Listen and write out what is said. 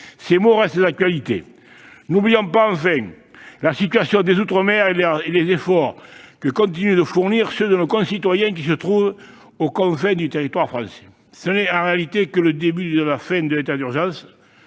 Ses mots restent d'actualité. N'oublions pas, enfin, la situation des outre-mer et les efforts que continuent de fournir ceux de nos concitoyens qui se trouvent aux confins du territoire français. Ce n'est en réalité que le début de la fin de l'état d'urgence,